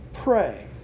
Pray